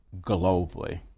globally